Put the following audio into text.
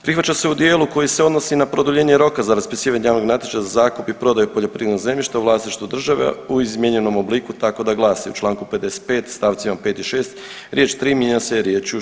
Prihvaća se u dijelu koji se odnosi na produljenje roka za raspisivanje javnog natječaja za zakup i prodaju poljoprivrednog zemljišta u vlasništvu države u izmijenjenom obliku tako da glasi, u čl. 55 st. 5 i 6, riječ tri, mijenja se riječju šest.